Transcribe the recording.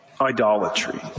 idolatry